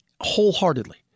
wholeheartedly